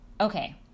okay